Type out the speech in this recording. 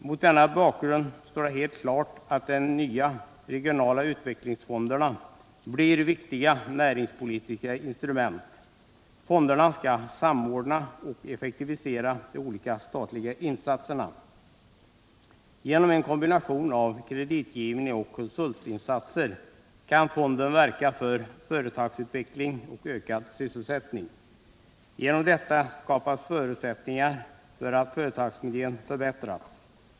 Mot denna bakgrund står det helt klart att de nya regionala utvecklingsfonderna blir viktiga näringspolitiska instrument. Fonderna skall samordna och effektivisera de olika statliga insatserna. Genom en kombination av kreditgivning och konsultinsatser kan fonden verka för företagsutveckling och ökad sysselsättning. Genom detta skapas förutsättningar för att företagsmiljön förbättras.